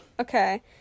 Okay